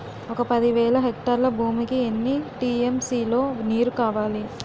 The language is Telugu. ఒక పది వేల హెక్టార్ల భూమికి ఎన్ని టీ.ఎం.సీ లో నీరు కావాలి?